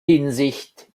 hinsicht